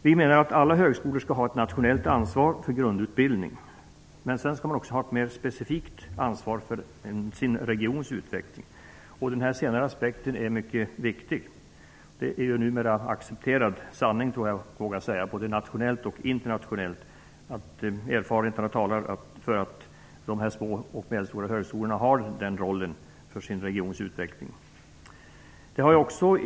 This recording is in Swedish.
Vi menar att alla högskolor skall ha ett nationellt ansvar för grundutbildning. Sedan skall de också ha ett mera specifikt ansvar för sin regions utveckling. Den senare aspekten är mycket viktig. Det är en numera accepterad sanning, det vågar jag nog säga, både nationellt och internationellt att erfarenheten talar för att de här små och medelstora högskolorna har nämnda roll för sin regions utveckling.